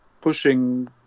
pushing